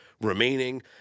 remaining